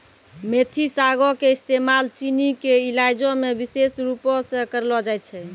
मेथी सागो के इस्तेमाल चीनी के इलाजो मे विशेष रुपो से करलो जाय छै